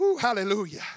Hallelujah